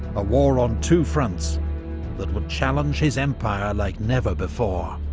a war on two fronts that would challenge his empire like never before.